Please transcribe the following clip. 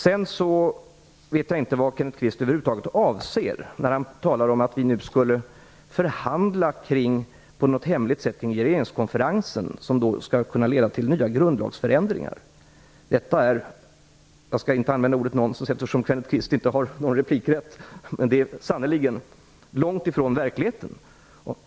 Jag vet över huvud taget inte vad Kenneth Kvist avser när han talar om att vi nu i hemlighet skulle förhandla kring regeringskonferensen, som skall kunna leda till nya grundlagsförändringar. Jag skall inte använda ordet nonsens eftersom Kenneth Kvist inte har replikrätt, men jag vill säga att det sannerligen ligger långt ifrån verkligheten.